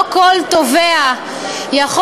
בגלל זה אני חושבת שהעובדה שהיום לא כל תובע יכול